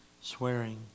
swearing